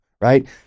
right